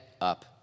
up